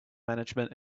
management